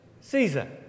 Caesar